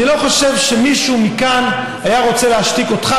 אני לא חושב שמישהו מכאן היה רוצה להשתיק אותך,